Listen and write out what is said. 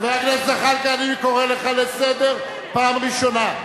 חבר הכנסת זחאלקה, אני קורא אותך לסדר פעם ראשונה.